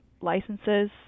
licenses